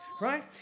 right